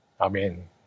Amen